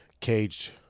Caged